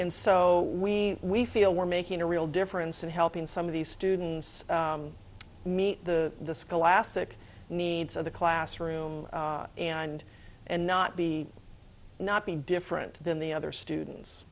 so we we feel we're making a real difference in helping some of these students meet the scholastic needs of the classroom and and not be not be different than the other students